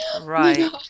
Right